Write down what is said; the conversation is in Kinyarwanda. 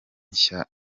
nshya